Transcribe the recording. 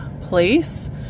place